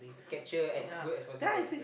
capture as good as possible okay